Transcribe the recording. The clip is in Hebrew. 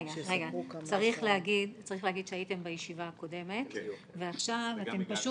צריך להגיד שהייתם בישיבה הקודמת ועכשיו אתם --- כן,